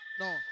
No